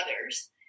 others